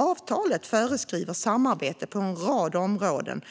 Avtalet föreskriver samarbete på en rad områden,